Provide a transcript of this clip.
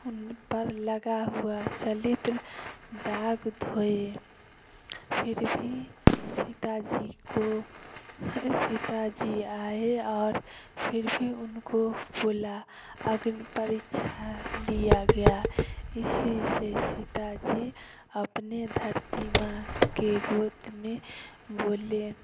उनपर लगा हुआ चलित्र दाग धोए फिर भी सीता जी को सीता जी आए और फिर भी उनको बोला अग्निपरीक्षा लिया गया इसी से सीताजी अपने धरती माँ के गोद में बोले